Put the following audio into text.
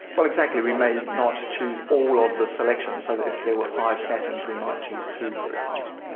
but exactly, we may not choose all of the selection, so that if there were five statins we might choose two, for example. yeah